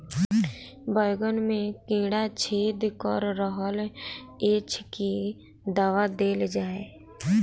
बैंगन मे कीड़ा छेद कऽ रहल एछ केँ दवा देल जाएँ?